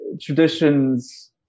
Traditions